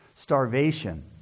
starvation